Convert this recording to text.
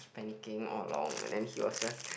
panicking all along and then he was just